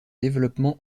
développement